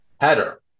header